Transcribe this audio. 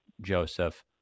Joseph